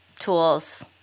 tools